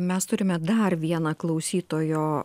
mes turime dar vieną klausytojo